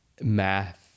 math